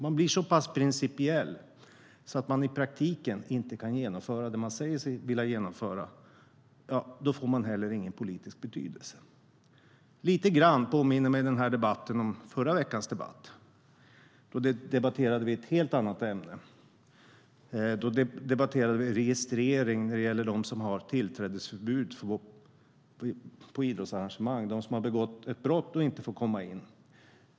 Man blir så principiell att man i praktiken inte kan genomföra det man säger sig vilja genomföra. Då får man inte heller någon politisk betydelse. Lite grann påminner mig den här debatten om förra veckans debatt. Då debatterade vi ett helt annat ämne. Då debatterade vi registrering när det gäller de som har tillträdesförbud till idrottsarrangemang, de som har begått ett brott och inte får komma in.